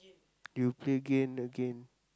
you play again and again